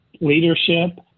leadership